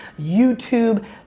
YouTube